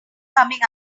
coming